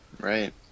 Right